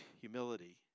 humility